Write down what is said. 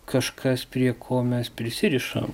kažkas prie ko mes prisirišam